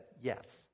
yes